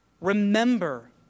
remember